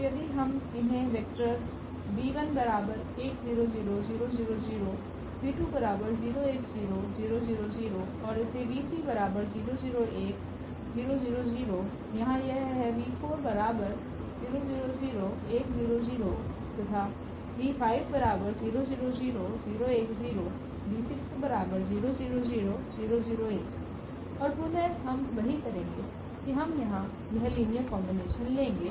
तो यदि हम इन्हें वेक्टर और इसेयहाँ यह हैतथातथा और पुनः हम वही करेगे की हम यहाँ यह लीनियर कोम्बिनेशन लेगे